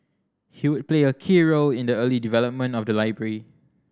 he would play a key role in the early development of the library